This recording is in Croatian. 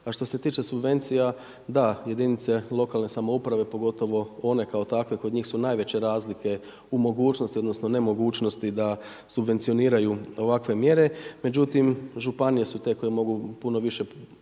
a što se tiče subvencija, da, jedinice lokalne samouprave pogotovo one kao takve, kod njih su najveće razlike u mogućnosti, odnosno, nemogućnosti, da subvencioniraju ovakve mjere. Međutim, županije su te koje mogu puno više potegnuti,